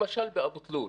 למשל, באבו תלול.